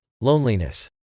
loneliness